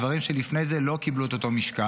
על דברים שלפני זה לא קיבלו את אותו משקל.